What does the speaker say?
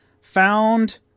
Found